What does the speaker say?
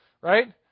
right